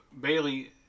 Bailey